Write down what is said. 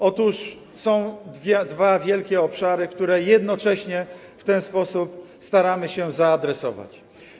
Otóż są dwa wielkie obszary, które jednocześnie w ten sposób staramy się zaadresować.